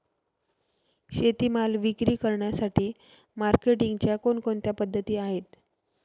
शेतीमाल विक्री करण्यासाठी मार्केटिंगच्या कोणकोणत्या पद्धती आहेत?